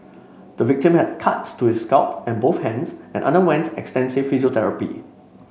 the victim has cuts to his scalp and both hands and underwent extensive physiotherapy